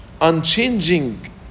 unchanging